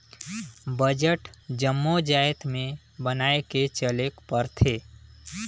budget जम्मो जाएत में बनाए के चलेक परथे